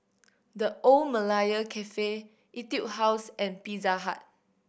The Old Malaya Cafe Etude House and Pizza Hut